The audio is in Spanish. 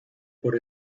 por